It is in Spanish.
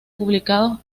publicados